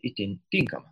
itin tinkama